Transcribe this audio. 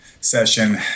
session